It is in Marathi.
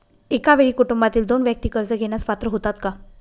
एका वेळी कुटुंबातील दोन व्यक्ती कर्ज घेण्यास पात्र होतात का?